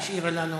השאירה לנו